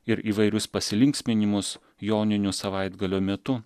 ir įvairius pasilinksminimus joninių savaitgalio metu